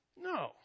No